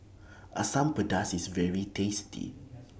Asam Pedas IS very tasty